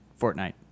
Fortnite